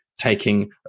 taking